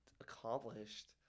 accomplished